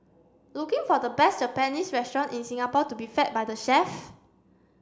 looking for the best Japanese restaurant in Singapore to be fed by the chef